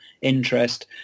interest